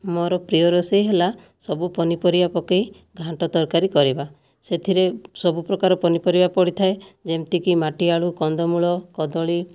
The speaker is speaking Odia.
ମୋର ପ୍ରିୟ ରୋଷେଇ ହେଲା ସବୁ ପନିପରିବା ପକାଇ ଘାଣ୍ଟ ତରକାରୀ କରିବା ସେଥିରେ ସବୁ ପ୍ରକାର ପନିପରିବା ପଡ଼ିଥାଏ ଯେମିତିକି ମାଟିଆଳୁ କନ୍ଦମୂଳ କଦଳୀ